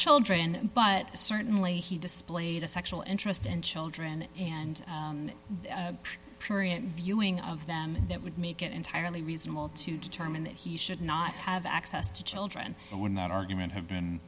children but certainly he displayed a sexual interest in children and viewing of them that would make it entirely reasonable to determine that he should not have access to children and when that argument have been